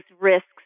risks